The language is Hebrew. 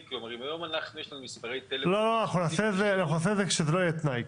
נעשה את זה כך שזה לא יהיה תנאי.